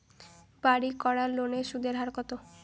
বাড়ির করার লোনের সুদের হার কত?